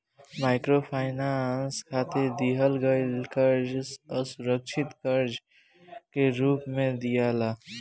microfinance खातिर दिहल गईल कर्जा असुरक्षित कर्जा के रूप में दियाला